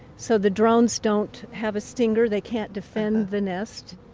so the drones don't have a stinger, they can't defend the nest.